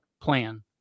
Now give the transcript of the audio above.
plan